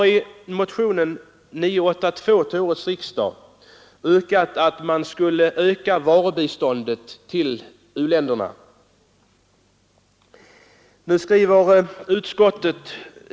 I motionen 982 till årets riksdag har jag yrkat att varubiståndet till u-länderna skall ökas.